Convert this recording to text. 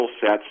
sets